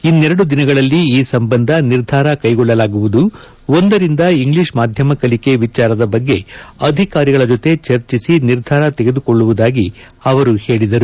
ಇನ್ನೆರಡು ದಿನಗಳಲ್ಲಿ ಈ ಸಂಬಂಧ ನಿರ್ಧಾರ ಕ್ಕೆಗೊಳ್ಳಲಾಗುವುದು ಒಂದರಿಂದ ಇಂಗ್ಲೀಷ್ ಮಾಧ್ಯಮ ಕಲಿಕೆ ವಿಚಾರದ ಬಗ್ಗೆ ಅಧಿಕಾರಿಗಳ ಜೊತೆ ಚರ್ಚಿಸಿ ನಿರ್ಧಾರ ತೆಗೆದುಕೊಳ್ಳುವುದಾಗಿ ಅವರು ಹೇಳಿದರು